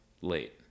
Late